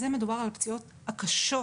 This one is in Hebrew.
בזה מדובר על הפציעות הקשות.